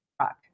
truck